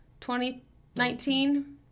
2019